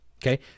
Okay